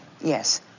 Yes